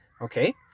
okay